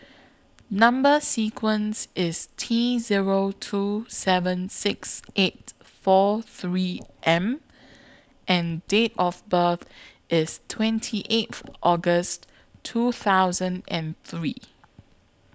Number sequence IS T Zero two seven six eight four three M and Date of birth IS twenty eighth August two thousand and three